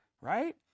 Right